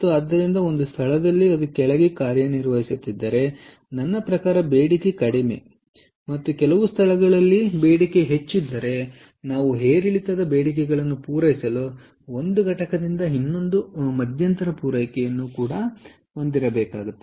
ಆದ್ದರಿಂದ ಒಂದು ಸ್ಥಳದಲ್ಲಿ ಅದು ಕೆಳಗೆ ಕಾರ್ಯನಿರ್ವಹಿಸುತ್ತಿದ್ದರೆ ನನ್ನ ಪ್ರಕಾರ ಬೇಡಿಕೆ ಕಡಿಮೆ ಮತ್ತು ಕೆಲವು ಸ್ಥಳದಲ್ಲಿ ಬೇಡಿಕೆ ಹೆಚ್ಚಿದ್ದರೆ ನಾವು ಏರಿಳಿತದ ಬೇಡಿಕೆಗಳನ್ನು ಪೂರೈಸಲು ಒಂದು ಘಟಕದಿಂದ ಇನ್ನೊಂದಕ್ಕೆ ಮಧ್ಯಂತರ ಪೂರೈಕೆಯನ್ನು ಹೊಂದಿರುತ್ತೇವೆ